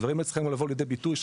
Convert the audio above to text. הדברים האלה צריכים לבוא לידי ביטוי.